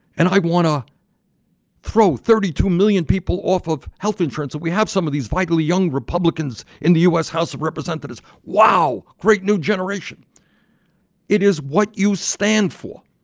and i want to throw thirty two million people off of health insurance we have some of these vitally young republicans in the u s. house of representatives. wow, great new generation it is what you stand for.